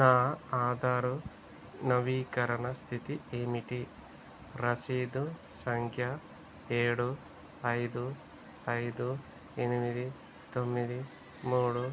నా ఆధారు నవీకరణ స్థితి ఏమిటి రసీదు సంఖ్య ఏడు ఐదు ఐదు ఎనిమిది తొమ్మిది మూడు